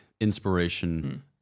inspiration